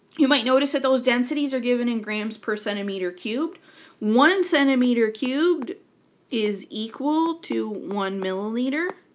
you might notice that those densities are given in grams per centimeter cubed one centimeter cubed is equal to one milliliter.